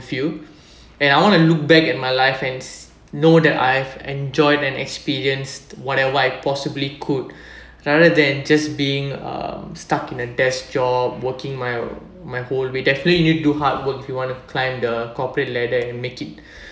with you and I want to look back at my life and know that I've enjoyed and experienced whatever I possibly could rather than just being um stuck in a desk job working my my whole definitely need do hard work if you want to climb the corporate ladder and make it